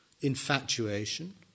Infatuation